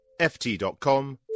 ft.com